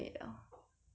okay anyway